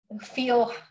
feel